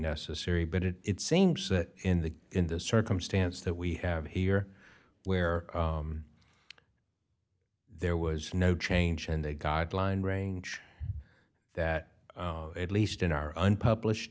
necessary but it it seems that in the in the circumstance that we have here where there was no change and they guideline range that at least in our unpublished